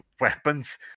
weapons